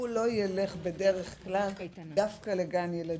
הוא לא ילך בדרך כלל דווקא לגן ילדים.